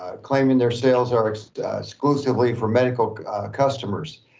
ah claiming their sales are exclusively for medical customers.